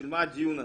בשביל מה הדיון הזה?